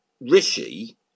Rishi